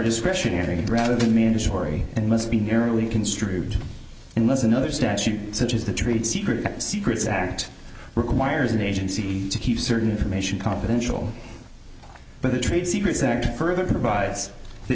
discretionary rather than mandatory and must be nearly construed unless another statute such as the trade secret secrets act requires an agency to keep certain information confidential but the trade secrets act further provides th